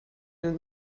den